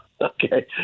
okay